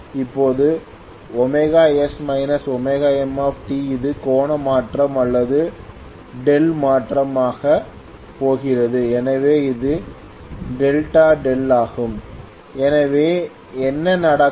இப்போது ωs ωmt இது கோண மாற்றம் அல்லது δ மாற்றம் ஆகப் போகிறது எனவே இது Δδ ஆகும் எனவே என்ன நடக்கும்